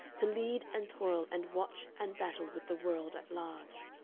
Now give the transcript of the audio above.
to lead and toil and watch and battle with the world at large.